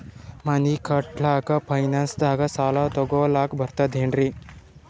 ಮನಿ ಕಟ್ಲಕ್ಕ ಫೈನಾನ್ಸ್ ದಾಗ ಸಾಲ ತೊಗೊಲಕ ಬರ್ತದೇನ್ರಿ?